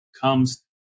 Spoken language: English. comes